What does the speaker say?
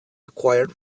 acquired